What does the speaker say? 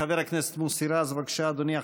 חבר הכנסת מוסי רז, בבקשה, אדוני.